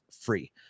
free